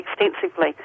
extensively